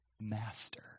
master